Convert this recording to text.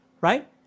right